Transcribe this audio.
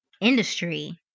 industry